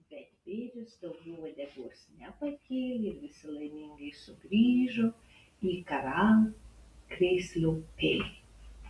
bet bėris daugiau uodegos nepakėlė ir visi laimingai sugrįžo į karalkrėslio pilį